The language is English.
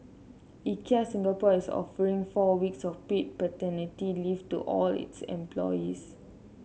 Ikea Singapore is offering four weeks of paid paternity leave to all its employees